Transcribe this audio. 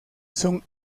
son